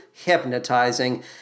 Hypnotizing